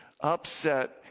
upset